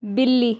ਬਿੱਲੀ